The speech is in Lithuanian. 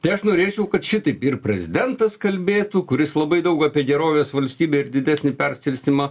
tai aš norėčiau kad šitaip ir prezidentas kalbėtų kuris labai daug apie gerovės valstybę ir didesnį perskirstymą